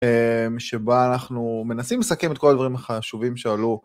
שבה אנחנו מנסים לסכם את כל הדברים החשובים שעלו.